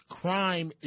crime